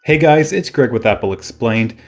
hey guys, it's greg with apple explained,